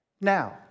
Now